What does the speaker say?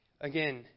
again